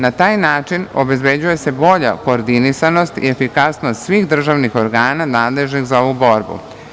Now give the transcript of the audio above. Na taj način obezbeđuje se bolja koordinisanost i efikasnost svih državnih organa nadležnih za ovu borbu.